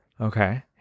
Okay